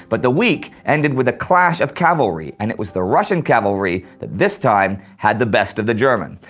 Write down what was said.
but the week ended with a clash of cavalry, and it was the russian cavalry that this time had the best of the german.